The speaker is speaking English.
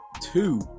two